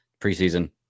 preseason